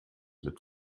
mit